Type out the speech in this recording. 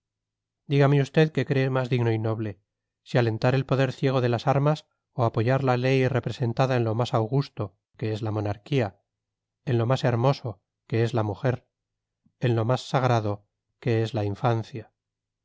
dígame usted qué cree más digno y noble si alentar el poder ciego de las armas o apoyar la ley representada en lo más augusto que es la monarquía en lo más hermoso que es la mujer en lo más sagrado que es la infancia